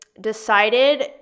decided